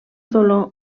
dolor